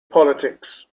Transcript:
politics